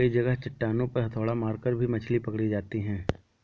कई जगह चट्टानों पर हथौड़ा मारकर भी मछली पकड़ी जाती है